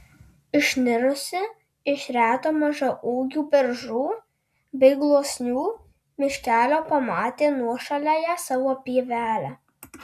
išnirusi iš reto mažaūgių beržų bei gluosnių miškelio pamatė nuošaliąją savo pievelę